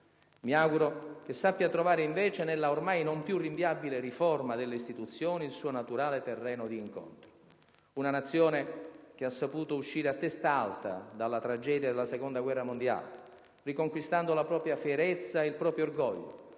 Mi auguro che sappia trovare invece nella ormai non più rinviabile riforma delle istituzioni il suo naturale terreno di incontro. Una Nazione che ha saputo uscire a testa alta dalla tragedia della Seconda guerra mondiale, riconquistando la propria fierezza e il proprio orgoglio,